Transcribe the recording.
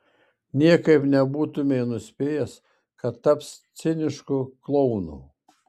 niekaip nebūtumei nuspėjęs kad taps cinišku klounu